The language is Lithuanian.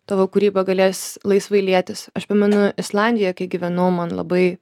tavo kūryba galės laisvai lietis aš pamenu islandijoje kai gyvenau man labai